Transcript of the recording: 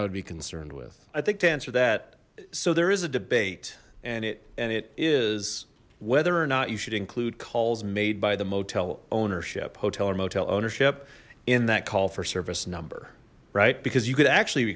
would be concerned with i think to answer that so there is a debate and it and it is whether or not you should include calls made by the motel ownership hotel or motel ownership in that call for service number right because you could actually